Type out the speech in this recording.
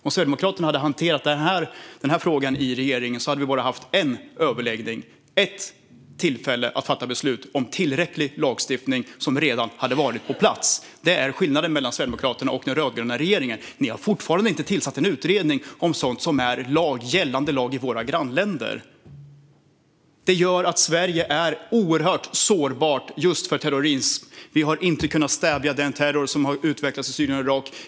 Om Sverigedemokraterna hade hanterat den här frågan i regering hade vi bara haft en överläggning och ett tillfälle att fatta beslut om tillräcklig lagstiftning, som redan hade varit på plats. Det är skillnaden mellan Sverigedemokraterna och den rödgröna regeringen. Ni har fortfarande inte tillsatt en utredning om sådant som är gällande lag i våra grannländer. Det gör att Sverige är oerhört sårbart för terrorism. Vi har inte kunnat stävja den terror som har utvecklats i Syrien och Irak.